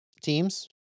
teams